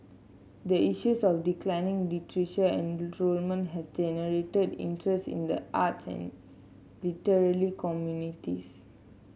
the issues of declining literature enrollment has generated interest in the arts and literary communities